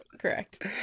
correct